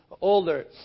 older